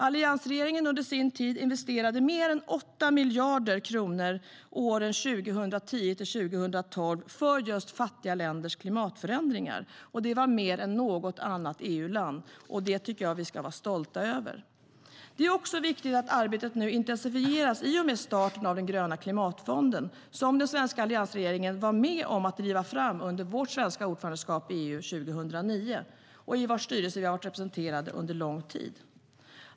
Alliansregeringen investerade under sin tid mer än 8 miljarder kronor åren 2010-2012 för att motverka just fattiga länders klimatförändringar. Det var mer än något annat EU-land, och det tycker jag att vi ska vara stolta över. Det är också viktigt att arbetet nu intensifieras i och med starten av den gröna klimatfond som alliansregeringen var med om att driva fram under det svenska ordförandeskapet i EU 2009 och i vars styrelse jag har varit representant under lång tid.